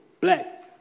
black